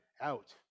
out